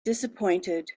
disappointed